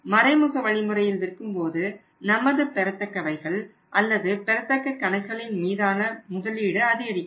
மறைமுக வழிமுறையில் விற்கும்போது நமது பெறத்தக்கவைகள் அல்லது பெறத்தக்க கணக்குகளின் மீதான முதலீடு அதிகரிக்கும்